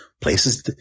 places